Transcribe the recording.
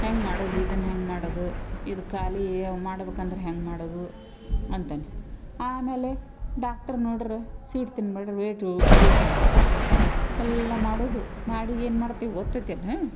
ಹೆಂಗೆ ಮಾಡೋದು ಇದನ್ನ ಹೆಂಗೆ ಮಾಡೋದು ಇದು ಖಾಲಿ ಮಾಡ್ಬಕು ಅಂದ್ರ ಹೆಂಗೆ ಮಾಡೋದು ಅಂತನೆ ಆಮೇಲೆ ಡಾಕ್ಟ್ರ್ ನೋಡ್ರ ಸ್ವೀಟ್ ತಿನ್ಬೇಡ್ರಿ ವೆಯ್ಟ್ ಇಳ್ಸಿ ಅಂತರೆ ಎಲ್ಲ ಮಾಡೋದು ಮಾಡಿ ಏನು ಮಾಡ್ತಿವೆ ಗೊತ್ತೈತ ಏನು